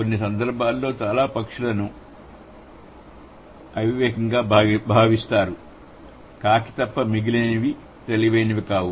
కొన్ని సందర్భాల్లో చాలా పక్షులను అవివేకంగా భావిస్తారు కాకి తప్ప మిగిలినవి తెలివైనవి కావు